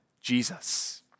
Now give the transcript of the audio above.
Jesus